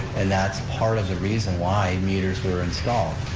and that's part of the reason why meters were installed.